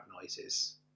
noises